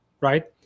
right